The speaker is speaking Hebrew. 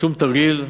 שום תרגיל.